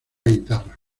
guitarra